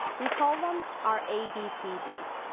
we call them our abcds.